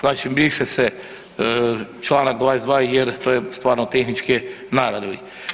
Znači briše se čl. 22. jer to je stvarno tehničke naravi.